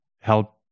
help